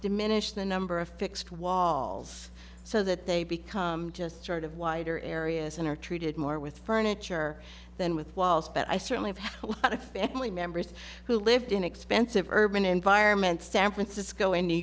diminish the number of fixed walls so that they become just sort of wider areas and are treated more with furniture than with walls but i certainly have what a family members who lived in expensive urban environments san francisco and new